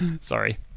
Sorry